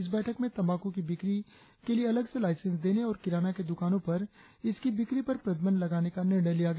इस बैठक में तंबाकू की बिक्री के लिए अलग से लाइंसेंस देने और किराना के दुकानों पर इसकी बिक्री पर प्रतिबंध लगाने का निर्णय लिया गया